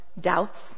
doubts